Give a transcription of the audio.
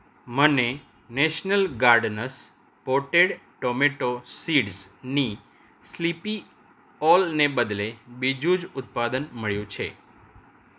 મને national gardens potted tomato સીડ્સની sleepy ઓલને બદલે બીજું જ ઉત્પાદન મળ્યું છે